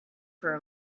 for